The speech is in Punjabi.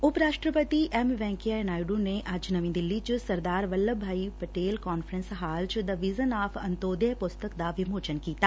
ਉਪ ਰਾਸ਼ਟਰਪਤੀ ਐਮ ਵੈਂਕਈਆ ਨਾਇਡੂ ਨੇ ਅੱਜ ਨਵੀ ਦਿੱਲੀ ਚ Sardar Vallabhbhai Patel conference hall ਚ ਦ ਵਿਜ਼ਨ ਆਫ਼ ਅੰਤੋਦੈਆ ਪੁਸਤਕ ਦਾ ਵਿਮੋਚਨ ਕੀਤਾ